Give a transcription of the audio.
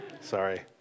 Sorry